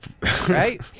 right